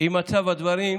עם מצב הדברים,